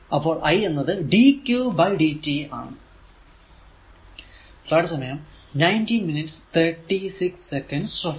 അപ്പോൾ i എന്നത് dqdt ആണ്